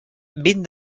vint